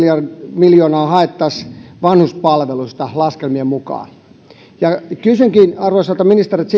miljoonaa haettaisiin vanhuspalveluista laskelmien mukaan kysynkin arvoisalta ministeriltä